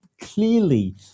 clearly